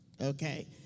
okay